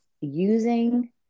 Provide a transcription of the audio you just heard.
using